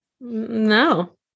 No